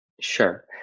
Sure